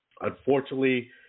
Unfortunately